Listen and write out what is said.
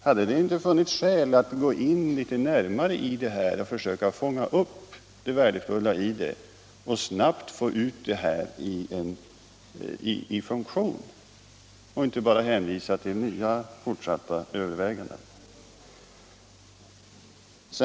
Hade det inte funnits skäl att litet närmare sätta sig in i förslaget, försöka fånga upp det värdefulla i det och snabbt få det i funktion? I stället hänvisar man till fortsatta överväganden.